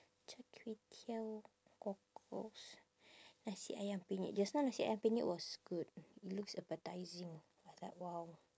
char kway teow cockles nasi ayam penyet just now nasi ayam penyet was good it looks appetising I was like !wow!